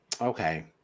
Okay